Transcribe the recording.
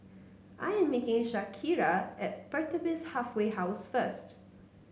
I am meeting Shakira at Pertapis Halfway House first